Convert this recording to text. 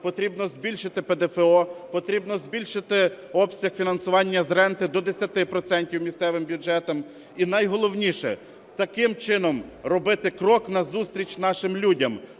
потрібно збільшити ПДФО, потрібно збільшити обсяг фінансування з ренти до 10 процентів місцевим бюджетам. І найголовніше, таким чином робити крок на зустріч нашим людям,